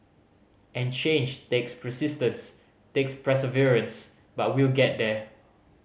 and change takes persistence takes perseverance but we'll get there